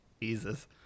Jesus